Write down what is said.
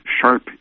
sharp